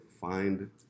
find